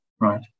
right